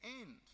end